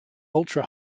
ultra